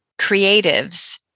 creatives